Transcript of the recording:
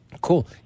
Cool